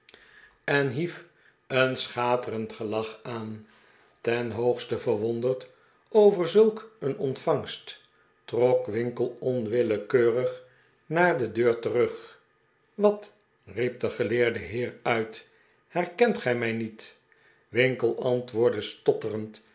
en hief een schaterend gelach aan ten hoogste verwonderd over zulk een ontvangst trok winkle onwillekeurig naar de deur terug wat riep de geleerde heer uit herkent gij mij niet winkle antwoordde stotterend